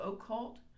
occult